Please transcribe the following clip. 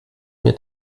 mir